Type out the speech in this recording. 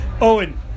Owen